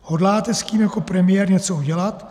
Hodláte s tím jako premiér něco udělat?